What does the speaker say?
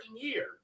year